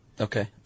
Okay